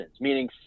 meaning